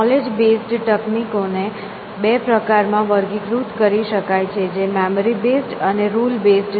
knowledge based તકનીકો ને બે પ્રકારમાં વર્ગીકૃત કરી શકાય છે જે મેમરી બેઝડ અને રુલ બેઝડ છે